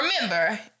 Remember